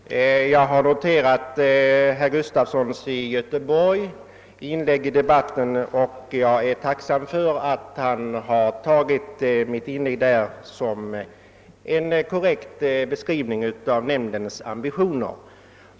Herr talman! Jag har noterat herr Gustafsons i Göteborg inlägg i debatten, och jag är tacksam för att han har uppfattat mitt anförande som en korrekt beskrivning av nämndens ambitioner.